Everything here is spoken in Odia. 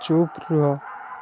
ଚୁପ୍ ରୁହ